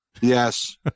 Yes